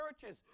churches